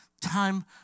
time